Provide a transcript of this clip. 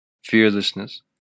Fearlessness